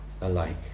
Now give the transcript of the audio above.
alike